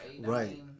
Right